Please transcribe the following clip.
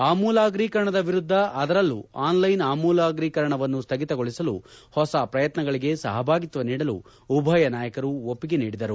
ಅಮೂಲಾಗ್ರೀಕರಣದ ವಿರುದ್ಧ ಅದರಲ್ಲೂ ಆನ್ಲೈನ್ ಅಮೂಲಾಗ್ರೀಕರಣವನ್ನು ಸ್ಥಗಿತಗೊಳಿಸಲು ಹೊಸ ಪ್ರಯತ್ನಗಳಿಗೆ ಸಹಭಾಗಿತ್ವ ನೀಡಲು ಉಭಯ ನಾಯಕರು ಒಪ್ಪಿಗೆ ನೀಡಿದರು